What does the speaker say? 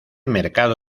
mercado